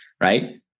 right